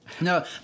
No